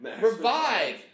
revive